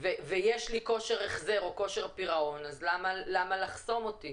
ויש לי כושר החזר או כושר פירעון, למה לחסום אותי?